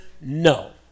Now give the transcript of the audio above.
No